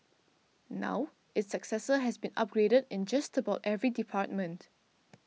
now its successor has been upgraded in just about every department